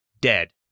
dead